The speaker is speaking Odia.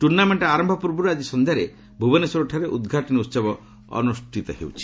ଟୁର୍ଣ୍ଣାମେଣ୍ଟ ଆରମ୍ଭ ପୂର୍ବରୁ ଆଜି ସନ୍ଧ୍ୟାରେ ଭୁବେନଶ୍ୱରଠାରେ ଉଦ୍ଘାଟନୀ ଉହବ ଅନୁଷ୍ଠିତ ହେଉଛି